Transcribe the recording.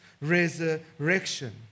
resurrection